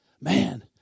Man